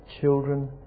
children